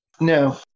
No